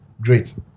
Great